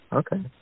okay